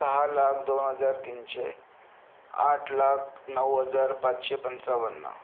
सहा लाख दोन हजार तीनशे आठ लाख नऊ हजार पाचशे पंचावन्न